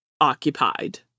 occupied